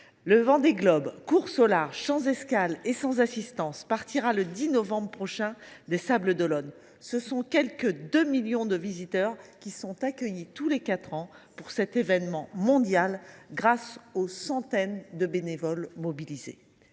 Le Vendée Globe, course au large sans escale et sans assistance, partira le 10 novembre prochain des Sables d’Olonne. Quelque 2 millions de visiteurs sont accueillis tous les quatre ans pour cet événement mondial grâce aux centaines de bénévoles mobilisés.